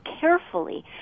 carefully